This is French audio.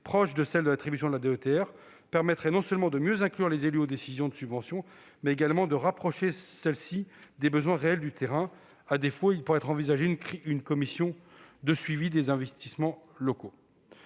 proches de celles de l'attribution de la DETR, permettrait non seulement de mieux inclure les élus aux décisions de subvention, mais également de rapprocher celles-ci des besoins réels du terrain. À défaut, il pourrait être envisagé de créer une commission de suivi des investissements locaux.